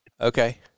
Okay